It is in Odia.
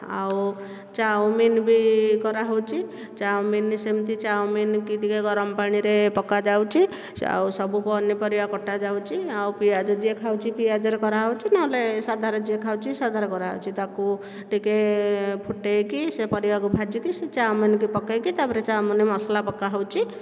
ଆଉ ଚାଓମିନ ବି କରା ହେଉଛି ଚାଓମିନ ସେମିତି ଚାଓମିନ କି ଟିକେ ଗରମ ପାଣିରେ ପକାଯାଉଛି ଆଉ ସବୁ ପନିପରିବା କଟାଯାଉଛି ଆଉ ପିଆଜ ଯିଏ ଖାଉଛି ପିଆଜର କରାଯାଉଛି ନହେଲେ ସାଧାରେ ଯିଏ ଖାଉଛି ସାଧାରେ କରାଯାଉଛି ତାକୁ ଟିକେ ଫୁଟାଇକି ସେ ପରିବାକୁ ଭାଜିକି ସେ ଚାଓମିନକୁ ପକାଇକି ତା'ପରେ ଚାଓମିନ ମସଲା ପକା ହେଉଛି